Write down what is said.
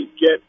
get